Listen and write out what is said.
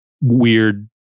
weird